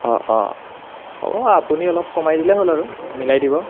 অঁ অঁ হ'ব আপুনি অলপ কমাই দিলেই হ'ল আৰু মিলাই দিব